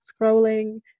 scrolling